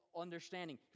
understanding